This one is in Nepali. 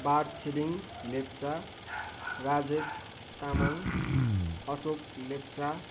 बारछिरिङ लेप्चा राजेश तामाङ अशोक लेप्चा